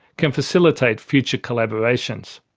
can facilitate future collaborations.